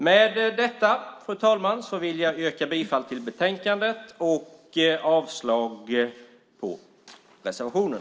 Med detta, fru talman, vill jag yrka bifall till förslaget i betänkandet och avslag på reservationen.